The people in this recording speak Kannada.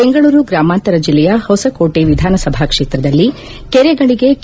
ಬೆಂಗಳೂರು ಗ್ರಾಮಾಂತರ ಜಿಲ್ಲೆಯ ಹೊಸಕೋಟೆ ವಿಧಾನಸಭಾ ಕ್ಷೇತ್ರದಲ್ಲಿ ಕೆರೆಗಳಿಗೆ ಕೆ